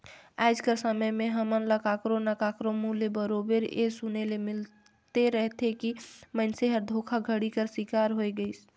आएज कर समे में हमन ल काकरो ना काकरो मुंह ले बरोबेर ए सुने ले मिलते रहथे कि मइनसे हर धोखाघड़ी कर सिकार होए गइस